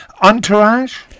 Entourage